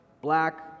black